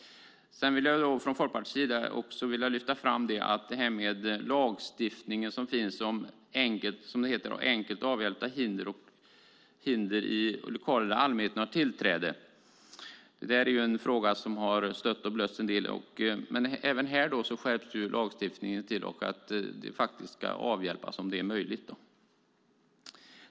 Från Folkpartiets sida vill jag också lyfta fram den lagstiftning som finns om, som det heter, enkelt avhjälpta hinder och hinder i lokaler där allmänheten har tillträde. Detta är en fråga som har stötts och blötts en del, men även här skärps lagstiftningen till att hinder ska avhjälpas om det är möjligt.